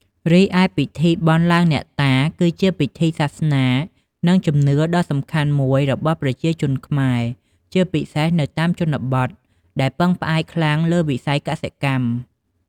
រីឯពិធីបុណ្យឡើងអ្នកតា គឺជាពិធីសាសនា និងជំនឿដ៏សំខាន់មួយរបស់ប្រជាជនខ្មែរ ជាពិសេសនៅតាមតំបន់ជនបទ ដែលពឹងផ្អែកខ្លាំងលើវិស័យកសិកម្ម។